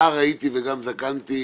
נער הייתי וגם זקנתי.